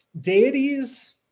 deities